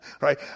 right